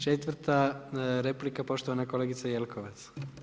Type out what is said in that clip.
Četvrta replika, poštovana kolegica Jelkovac.